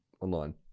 online